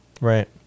Right